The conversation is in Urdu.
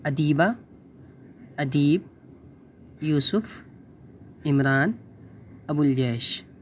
ادیبہ ادیب یوسف عمران ابو الجیش